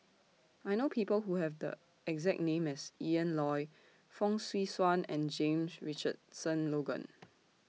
I know People Who Have The exact name as Ian Loy Fong Swee Suan and James Richardson Logan